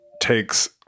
takes